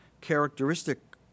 characteristic